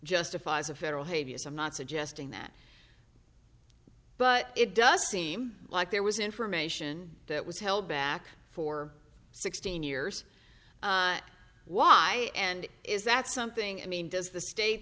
justifies a federal hevia so i'm not suggesting that but it does seem like there was information that was held back for sixteen years why and is that something i mean does the state